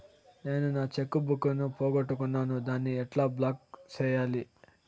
నేను నా cheque book ను పోగొట్టుకున్నాను దాన్ని ఎట్లా బ్లాక్ సేయాలి?